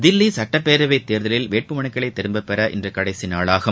தில்லி சட்டப்பேரவைத் தேர்தலில் வேட்புமனுக்களை திரும்பப்பெற இன்று கடைசி நாளாகும்